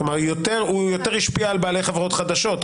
כלומר הוא יותר השפיע על בעלי חברות חדשות,